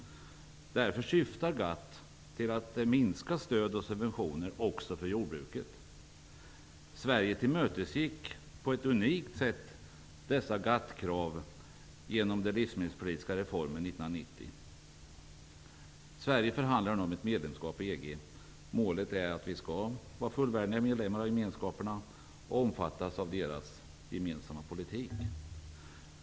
Därför syftar GATT till att minska stöd och subventioner också för jordbruket. Sverige tillmötesgick på ett unikt sätt dessa GATT-krav genom den livsmedelspolitiska reformen 1990. Sverige förhandlar nu om ett medlemskap i EG. Målet är att vi skall vara fullvärdiga medlemmar av Gemenskaperna och omfattas av deras gemensamma politik.